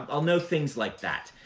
um i'll know things like that.